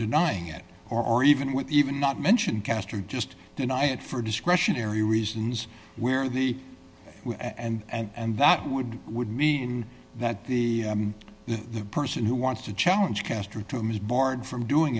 denying it or even with even not mention caster just deny it for discretionary reasons where the and and that would would mean that the the person who wants to challenge castro to him is barred from doing